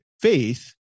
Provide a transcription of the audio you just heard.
faith